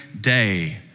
day